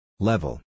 Level